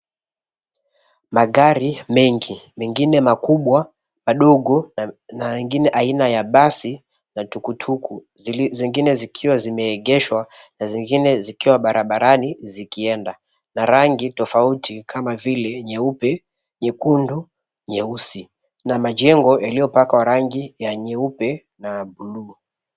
Magari mengi, mengine makubwa, madogo na mengine aina ya basi na tukutuku zingine zikiwa zimeegeshwa na zingine zikiwa barabarani zikienda. Na rangi tofauti kama vile nyeupe, nyekundu, nyeusi na majengo yaliopakwa rangi ya nyeupe na ya buluu.